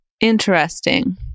interesting